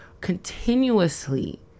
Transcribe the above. continuously